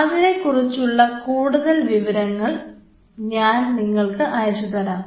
അതിനെ കുറിച്ചുള്ള കൂടുതൽ വിവരങ്ങൾ ഞാൻ നിങ്ങൾക്ക് അയച്ചു തരാം